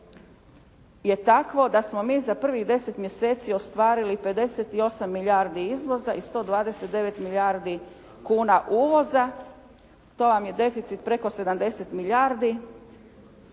je takvo da smo mi za prvih deset mjeseci ostvarili 58 milijardi izvoza i 129 milijardi kuna uvoza. To vam je deficit preko 70 milijardi.